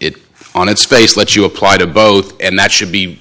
it on its face let you apply to both and that should be